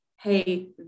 hey